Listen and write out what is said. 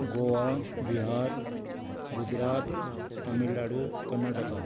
Goa Bihar Gujarat Tamil Nadu Karnataka